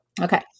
Okay